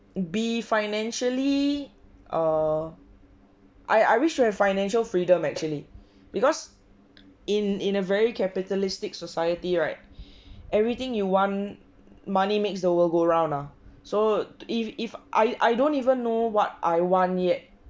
be financially err I I wish I have financial freedom actually because in in a very capitalistic society right everything you want money makes the world go round lah so if if I I don't even know what I one yet